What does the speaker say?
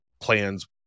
plans